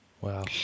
Wow